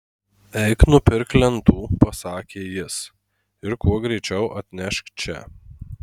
eik nupirk lentų pasakė jis ir kuo greičiau atnešk čia